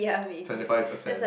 seventy five percent